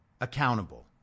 accountable